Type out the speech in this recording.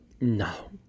No